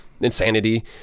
insanity